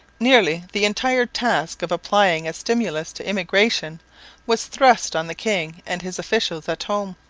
nearly the entire task of applying a stimulus to emigration was thrust on the king and his officials at home.